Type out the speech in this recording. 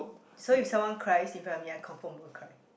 so if someone cries in front of me I confirm will cry